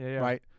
right